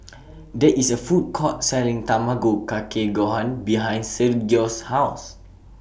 There IS A Food Court Selling Tamago Kake Gohan behind Sergio's House